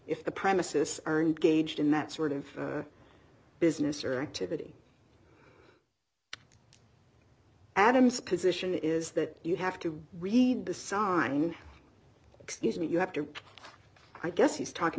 if the premises earned gauged in that sort of business or activity adams position is that you have to read the sign excuse me you have to i guess he's talking